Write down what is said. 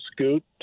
Scoot